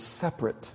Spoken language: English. separate